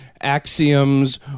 axioms